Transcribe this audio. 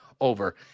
over